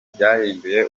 byahinduye